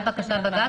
הגשתם שוב לוועדה?